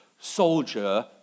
soldier